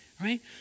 Right